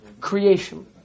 creation